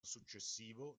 successivo